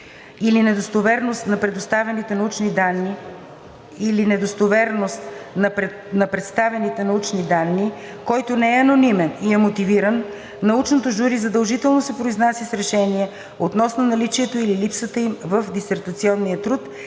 или недостоверност на представените научни данни, който не е анонимен и е мотивиран, научното жури задължително се произнася с решение относно наличието или липсата им в дисертационния труд